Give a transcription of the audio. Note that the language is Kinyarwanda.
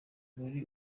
muri